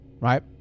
right